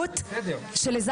ברישיון שלכם.